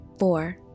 Four